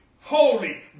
holy